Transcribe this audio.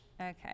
Okay